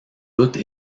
doute